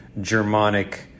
Germanic